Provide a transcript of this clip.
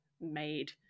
made